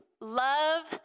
love